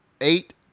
eight